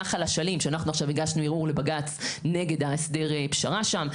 נחל אשלים שאנחנו עכשיו הגשנו ערעור לבג"ץ נגד הסדר הפשרה שם,